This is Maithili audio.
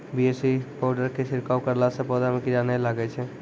बी.ए.सी पाउडर के छिड़काव करला से पौधा मे कीड़ा नैय लागै छै?